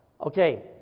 Okay